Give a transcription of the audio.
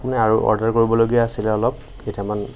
মানে আৰু অৰ্ডাৰ কৰিবলগীয়া আছিলে অলপ কেইটামান